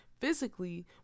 physically